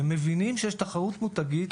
הם מבינים שיש תחרות בין-מותגית